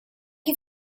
you